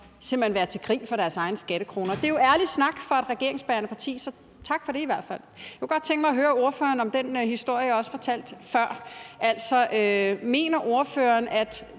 simpelt hen være til grin for deres egne skattekroner. Det er jo ærlig snak fra et regeringsbærende parti, så i hvert fald tak for det. Jeg kunne godt tænke mig at høre ordføreren om noget i forhold til den historie, jeg også fortalte før om Rasmus, der